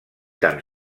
tan